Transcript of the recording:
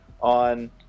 on